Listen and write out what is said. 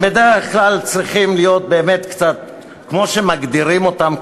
הם בדרך כלל צריכים להיות באמת קצת כמו שמגדירים אותם,